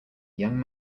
young